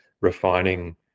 refining